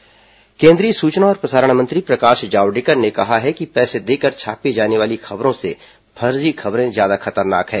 Javadekar fake news केंद्रीय सूचना और प्रसारण मंत्री प्रकाश जावडेकर ने कहा है कि पैसे देकर छापी जाने वाली खबरों से फर्जी खबरें ज्यादा खतरनाक हैं